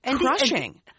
crushing